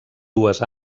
dues